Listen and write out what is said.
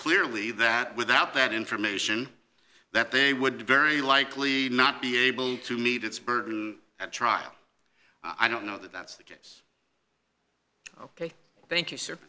clearly that without that information that they would very likely not be able to meet its burden at trial i don't know that that's the case ok thank you sir